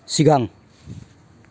सिगां